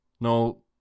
no